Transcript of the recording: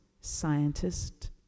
scientist